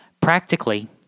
Practically